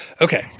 Okay